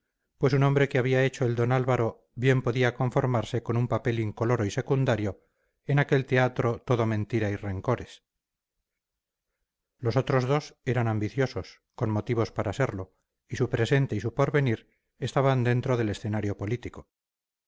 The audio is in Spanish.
pues un hombre que había hecho el don álvaro bien podía conformarse con un papel incoloro y secundario en aquel teatro todo mentira y rencores los otros dos eran ambiciosos con motivos para serlo y su presente y su porvenir estaban dentro del escenario político